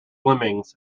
lemmings